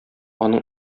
аның